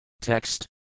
Text